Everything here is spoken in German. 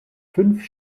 fünf